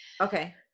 Okay